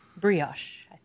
brioche